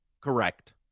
Correct